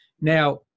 Now